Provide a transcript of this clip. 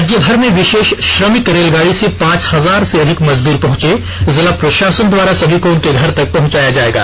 राज्य भर में विषेष श्रमिक रेलगाड़ी से पांच हजार से अधिक मजदूर पहंचे जिला प्रषासन द्वारा सभी को उनके घर तक पहंचाया जाएगा